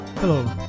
Hello